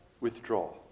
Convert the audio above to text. withdraw